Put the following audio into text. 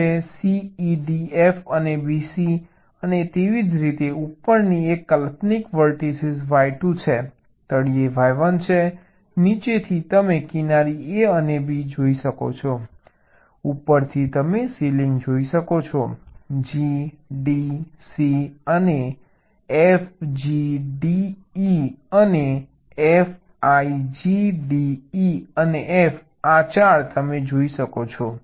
C E D F અને B C અને તેવી જ રીતે ઉપરથી એક કાલ્પનિક વર્ટીસ y2 છે તળિયે y1 છે નીચેથી તમે કિનારી A અને B જોઈ શકો છો ઉપરથી તમે સીલિંગ જોઈ શકો છો G D C અને F G D E અને F I G D E અને F આ 4 તમે જોઈ શકો છો